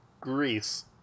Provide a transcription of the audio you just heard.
Greece